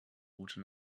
route